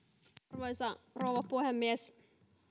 arvoisa rouva puhemies